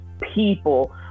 people